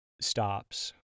stops